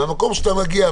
מהמקום שאתה מגיע,